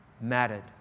mattered